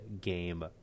game